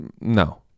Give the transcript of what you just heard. no